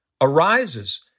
arises